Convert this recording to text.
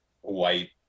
white